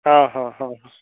हँ हँ हँ